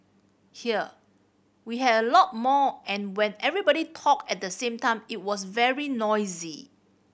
here we had a lot more and when everybody talked at the same time it was very noisy